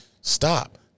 stop